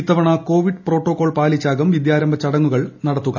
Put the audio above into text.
ഇത്തവണ Covid protocol പ്പാലിച്ചാകും വിദ്യാരംഭ ചടങ്ങുകൾ നടത്തുക